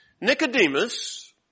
Nicodemus